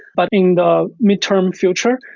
but in the midterm future,